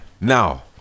Now